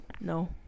no